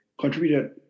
contributed